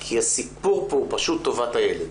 כי הסיפור פה הוא פשוט טובת הילד.